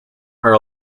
are